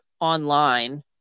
online